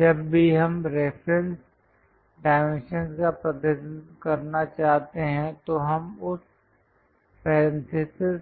जब भी हम रेफरेंस डाइमेंशन का प्रतिनिधित्व करना चाहते हैं तो हम उस पेरेंथीसिस